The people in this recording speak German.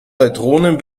neutronen